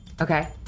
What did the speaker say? Okay